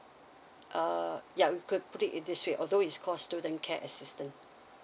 uh yeah we could put it in this way although is called student care assistance